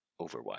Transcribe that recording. Overwatch